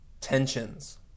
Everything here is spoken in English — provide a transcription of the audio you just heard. tensions